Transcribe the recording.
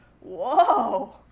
Whoa